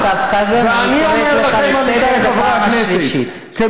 חבר הכנסת אורן אסף חזן,